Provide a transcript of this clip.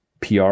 pr